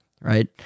right